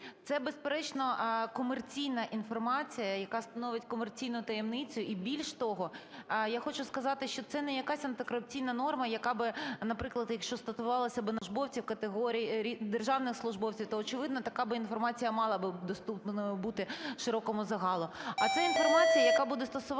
Це, безперечно, комерційна інформація, яка становить комерційну таємницю. І, більш того, я хочу сказати, що це не якась антикорупційна норма, яка би, наприклад, якщо стосувалася б народних депутатів або службовців категорії… державних службовців, то, очевидно, така б інформація мала б доступною бути широкому загалу. А це інформація, яка буде стосуватися